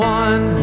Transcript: one